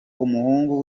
umuhungu